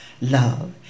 love